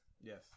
Yes